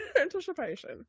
anticipation